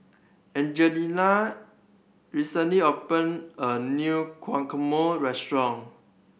Angelina recently opened a new Guacamole Restaurant